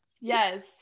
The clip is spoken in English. Yes